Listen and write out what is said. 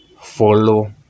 Follow